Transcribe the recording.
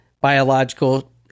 biological